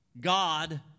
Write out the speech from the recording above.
God